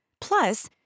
Plus